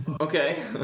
Okay